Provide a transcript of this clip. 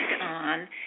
on